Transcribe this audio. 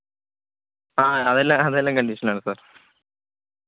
ആ അതെല്ലാം അതെല്ലാം കണ്ടീഷനാണ് സാർ